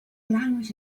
language